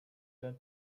that